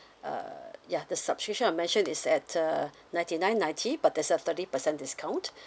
uh ya the subscription I mention is at uh ninety nine ninety but there's a thirty percent discount